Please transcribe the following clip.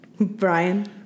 Brian